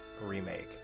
remake